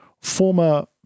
former